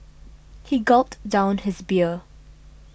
he gulped down his beer